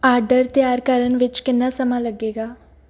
order ਤਿਆਰ ਕਰਨ ਵਿੱਚ ਕਿੰਨਾ ਸਮਾਂ ਲੱਗੇਗਾ